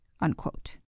Unquote